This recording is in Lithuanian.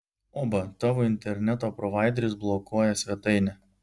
oba tavo interneto provaideris blokuoja svetainę